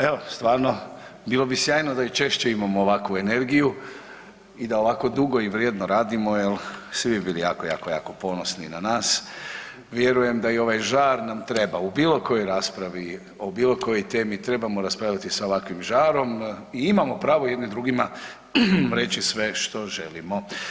Evo stvarno bilo bi sjajno da i češće imamo ovakvu energiju i da ovako dugo i vrijedno radimo jel svi bi bili jako, jako, jako ponosni na nas, vjerujem da i ovaj žar nam treba u bilo kojoj raspravi, o bilo kojoj temi trebamo raspravljati sa ovakvim žarom i imamo pravo jedni drugima reći sve što želimo.